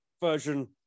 version